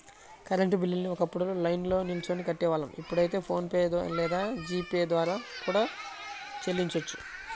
current బిల్లుని ఒకప్పుడు లైన్లో నిల్చొని కట్టేవాళ్ళం ఇప్పుడైతే ఫోన్ పే లేదా జీ పే ద్వారా కూడా చెల్లించొచ్చు